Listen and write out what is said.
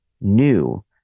new